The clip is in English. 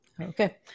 Okay